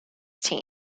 team